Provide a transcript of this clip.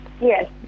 Yes